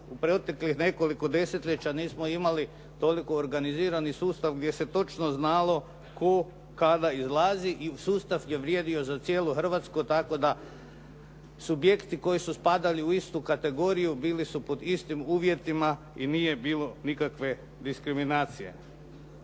u proteklih nekoliko desetljeća nismo imali toliko organizirani sustav gdje se točno znalo tko kada izlazi i sustav je vrijedio za cijelu Hrvatsku, tako da subjekti koji su spadali u istu kategoriju bili su pod istim uvjetima i nije bilo nikakve diskriminacije.